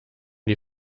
die